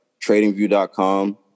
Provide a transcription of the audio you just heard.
tradingview.com